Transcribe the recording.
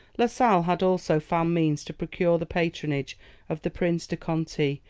la sale had also found means to procure the patronage of the prince de conti,